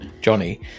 Johnny